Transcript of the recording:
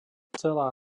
celá